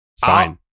Fine